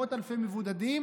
מאות אלפי מבודדים.